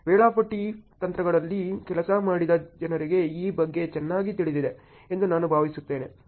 ವೇಳಾಪಟ್ಟಿ ತಂತ್ರಗಳಲ್ಲಿ ಕೆಲಸ ಮಾಡಿದ ಜನರಿಗೆ ಈ ಬಗ್ಗೆ ಚೆನ್ನಾಗಿ ತಿಳಿದಿದೆ ಎಂದು ನಾನು ಭಾವಿಸುತ್ತೇನೆ